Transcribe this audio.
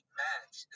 match